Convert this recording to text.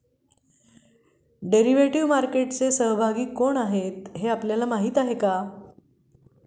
Derivative मार्केटचे सहभागी कोण आहेत हे आपल्याला माहित आहे का?